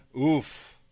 Oof